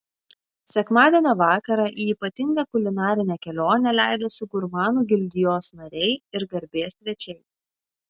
sekmadienio vakarą į ypatingą kulinarinę kelionę leidosi gurmanų gildijos nariai ir garbės svečiai